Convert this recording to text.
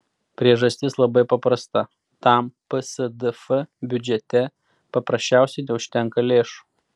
priežastis labai paprasta tam psdf biudžete paprasčiausiai neužtenka lėšų